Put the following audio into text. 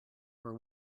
were